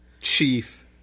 Chief